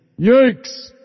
Yikes